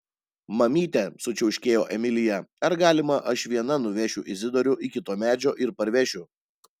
mamyte sučiauškėjo emilija ar galima aš viena nuvešiu izidorių iki to medžio ir parvešiu